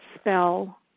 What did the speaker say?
spell